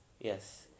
yes